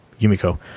Yumiko